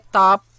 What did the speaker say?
top